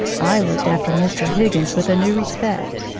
i looked after mr. higgins with a new respect,